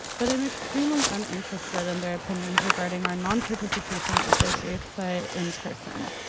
but i'm extremely uninterested in their opinions regarding our nonparticipation at the grave site in person.